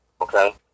okay